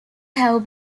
have